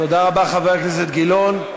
תודה רבה, חבר הכנסת גילאון.